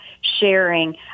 sharing